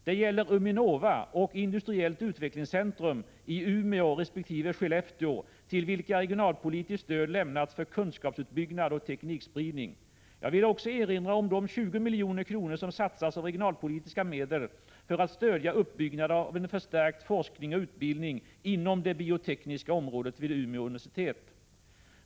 Det gäller Uminova och industriellt utvecklingscentrum i Umeå resp. Skellefteå till vilka regionalpolitiskt stöd lämnats för kunskapsuppbyggnad och teknikspridning. Jag vill också erinra om de 20 milj.kr. som satsas av regionalpolitiska medel för att stödja uppbyggnaden av en förstärkt forskning och utbildning inom det biotekniska området vid Umeå universitet.